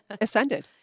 ascended